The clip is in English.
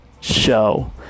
Show